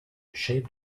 shape